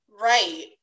Right